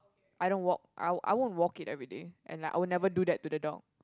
I don't walk I won't I won't walk it everyday and I would never do that to the dog